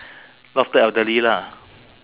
look after elderly lah